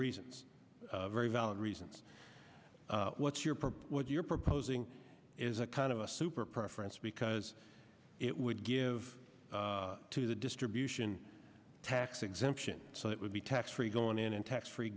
reasons very valid reasons what's your point what you're proposing is a kind of a super preference because it would give to the distribution tax exemption so it would be tax free going in and tax free